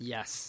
Yes